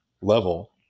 level